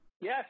Yes